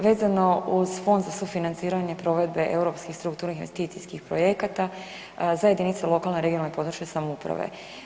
Vezano uz fond za sufinanciranje provedbe europskih strukturnih investicijskih projekata, za jedinice lokalne i regionalne (područne) samouprave.